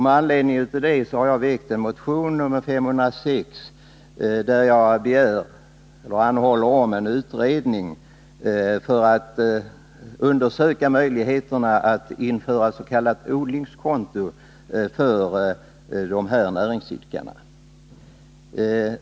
Med anledning härav har jag och Ingvar Eriksson väckt en motion, motion nr 506, där vi anhåller om en utredning för att undesöka möjligheterna att införa s.k. odlingskonto för de här näringsidkarna.